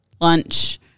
lunch